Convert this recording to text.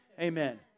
Amen